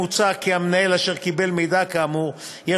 מוצע כי המנהל אשר קיבל מידע כאמור יהא